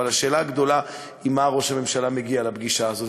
אבל השאלה הגדולה היא עם מה ראש הממשלה מגיע לפגישה הזאת,